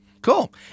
Cool